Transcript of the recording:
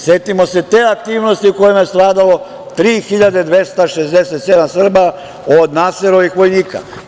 Setimo se te aktivnosti u kojoj je nastradalo 3267 Srba od Naserovih vojnika.